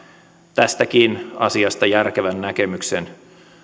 tästäkin asiasta järkevän näkemyksen